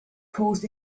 caused